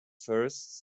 first